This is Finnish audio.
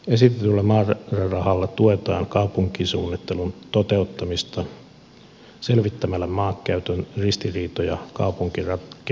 esitetyllä määrärahalla tuetaan kaupunkisuunnittelun toteuttamista selvittämällä maankäytön ristiriitoja kaupunkirakenteessa